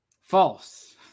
False